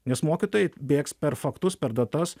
nes mokytojai bėgs per faktus per datas